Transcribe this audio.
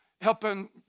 helping